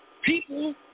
people